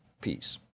Peace